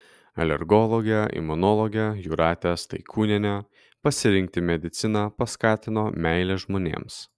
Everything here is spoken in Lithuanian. alergologę imunologę jūratę staikūnienę pasirinkti mediciną paskatino meilė žmonėms